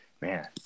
Man